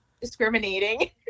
discriminating